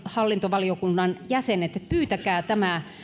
hallintovaliokunnan jäsenet että pyytäkää tämä